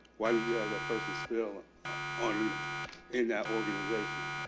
why don't you have that person's still on island in that organization?